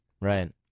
right